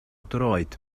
droed